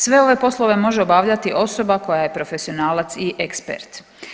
Sve ove poslove može obavljati osoba koja je profesionalac i ekspert.